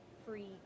free